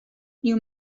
you